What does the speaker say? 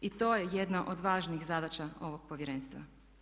I to je jedna od važnih zadaća ovog Povjerenstva.